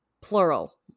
plural